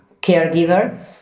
caregiver